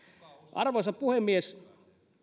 arvoisa puhemies